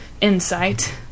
insight